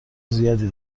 زیادی